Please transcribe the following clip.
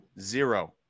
Zero